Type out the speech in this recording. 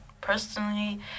personally